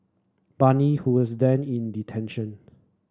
Bani who was then in detention